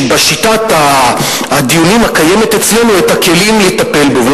בשיטת הדיונים הקיימת אצלנו, הכלים לטפל בו.